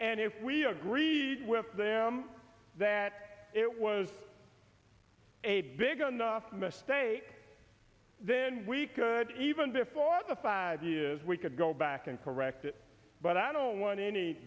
and if we agreed with them that it was a big enough mistake then we could even before the five years we could go back and correct it but i don't want any